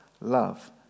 love